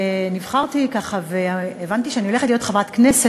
כשנבחרתי והבנתי שאני הולכת להיות חברת כנסת,